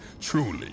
Truly